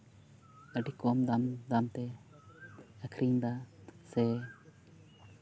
ᱟᱹᱰᱤ ᱠᱚᱢ ᱫᱟᱢ ᱫᱟᱢ ᱛᱮ ᱟᱹᱠᱷᱨᱤᱧᱮᱫᱟ ᱥᱮ